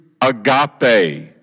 agape